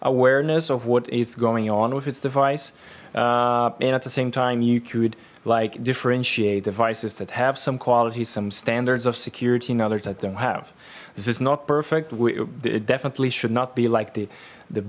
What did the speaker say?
awareness of what it's going on with its device and at the same time you could like differentiate devices that have some quality some standards of security and others that don't have this is not perfect we definitely should not be like the the